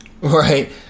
right